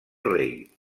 rei